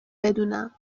بدونم